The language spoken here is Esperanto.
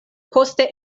poste